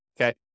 okay